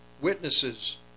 witnesses